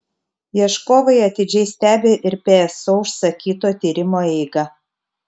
ieškovai atidžiai stebi ir pso užsakyto tyrimo eigą